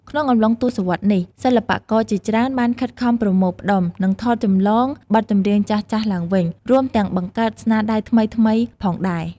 ក្នុងអំឡុងទសវត្សរ៍នេះ សិល្បករជាច្រើនបានខិតខំប្រមូលផ្ដុំ និងថតចម្លងបទចម្រៀងចាស់ៗឡើងវិញ រួមទាំងបង្កើតស្នាដៃថ្មីៗផងដែរ។